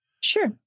Sure